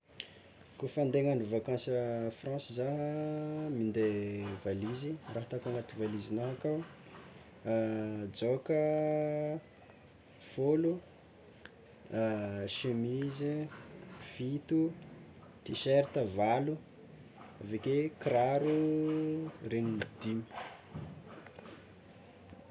Kôfa ande hagnagno vakansy a Fransy zah, nde valizy ataoko agnat valizinah akao jaoka fôlo, chemise fito, tiserta valo, aveke kiraro ndregny dimy.